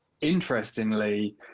interestingly